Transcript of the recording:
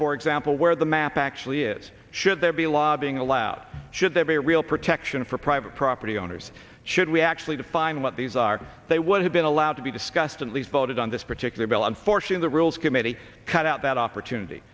for example where the map actually is should there be a law being allowed should there be a real protection for private property owners should we actually define what these are they would have been allowed to be discussed and lease voted on this particular bill and fortune the rules committee cut out that opportunity